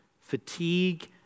fatigue